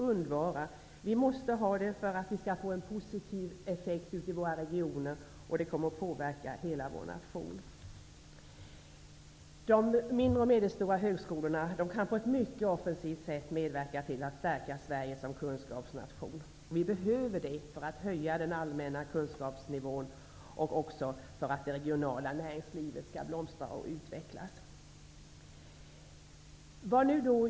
Dessa satsningar måste göras för att det skall bli en positiv effekt ute i regionerna, och de kommer att påverka hela vår nation. De mindre och medelstora högskolorna kan på ett mycket offensivt sätt medverka till att stärka Sverige som kunskapsnation. Det behövs för att vi skall kunna höja den allmänna kunskapsnivån och också för att det regionala näringslivet skall blomstra och utvecklas.